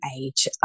age